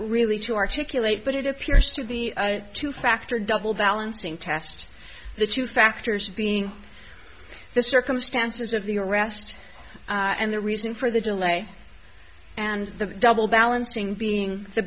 really to articulate but it appears to be two factor double balancing test the two factors being the circumstances of the arrest and the reason for the delay and the double balancing being the